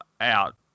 out